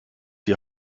die